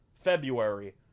February